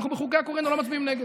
בחוקי הקורונה אנחנו לא מצביעים נגד.